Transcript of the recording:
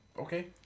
Okay